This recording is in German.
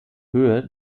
höhe